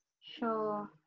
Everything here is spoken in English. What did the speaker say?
Sure